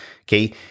okay